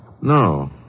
No